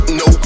no